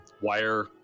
wire